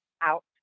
out